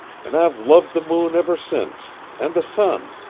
and i've loved the moon ever since, and the sun,